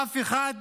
אף אחד,